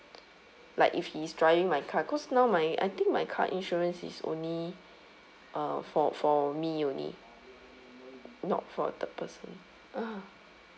like if he is driving my car cause now my I think my car insurance is only uh for for me only not for the person (uh huh)